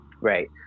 Right